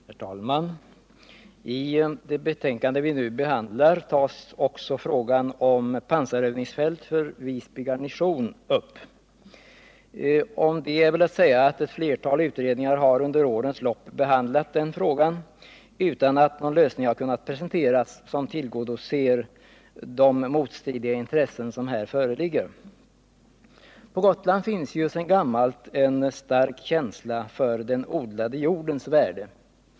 Herr talman! I det betänkande som vi nu behandlar tas också frågan om pansarövningsfält för Visby garnison upp. Om det är väl att säga att ett flertal utredningar under årens lopp har behandlat den frågan utan att någon lösning har kunnat presenteras som tillgodoser de motstridiga intressen som här På Gotland finns sedan gammalt en stark känsla för den odlade jordens Nr 48 värde.